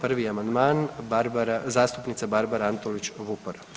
Prvi amandman zastupnica Barbara Antolić Vupora.